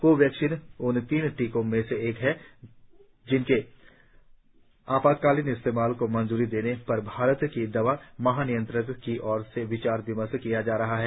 को वैक्सीन उन तीन टीकों में से एक है जिनके आपातकालीन इस्तेमाल को मंजूरी देने पर भारत के दवा महानियंत्रक की ओर से विचार किया जा रहा है